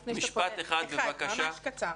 בבקשה,